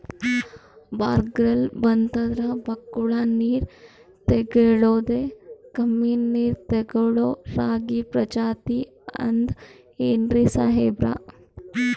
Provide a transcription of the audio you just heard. ಬರ್ಗಾಲ್ ಬಂತಂದ್ರ ಬಕ್ಕುಳ ನೀರ್ ತೆಗಳೋದೆ, ಕಮ್ಮಿ ನೀರ್ ತೆಗಳೋ ರಾಗಿ ಪ್ರಜಾತಿ ಆದ್ ಏನ್ರಿ ಸಾಹೇಬ್ರ?